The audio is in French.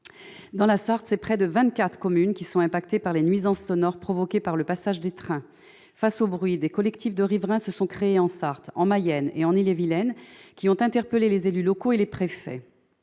Dans la Sarthe, près de vingt-quatre communes sont impactées par les nuisances sonores provoquées par le passage des trains. Face au bruit, des collectifs de riverains se sont créés en Sarthe, en Mayenne et en Ille-et-Vilaine qui ont interpellé les élus locaux et les préfets.